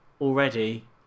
Already